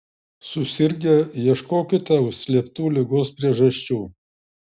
susirgę ieškokite užslėptų ligos priežasčių